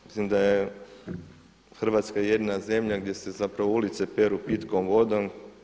Mislim da je Hrvatska jedina zemlja gdje se zapravo ulice peru pitkom vodom.